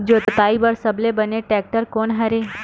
जोताई बर सबले बने टेक्टर कोन हरे?